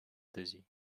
dizzy